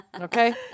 Okay